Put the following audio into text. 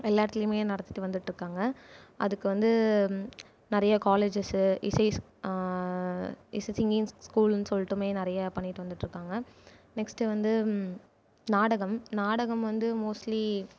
எல்லா இடத்துலையுமே நடத்திகிட்டு வந்துட்டுருக்காங்க அதுக்கு வந்து நிறைய காலேஜஸ்ஸு இசை இசைக்குனே ஸ்கூல்ன்னு சொல்லட்டுமே நிறைய பண்ணிகிட்டு வந்துட்டுருக்காங்க நெக்ஸ்ட்டு வந்து நாடகம் நாடகம் வந்து மோஸ்ட்லி